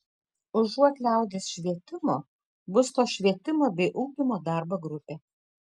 užuot liaudies švietimo bus to švietimo bei ugdymo darbo grupė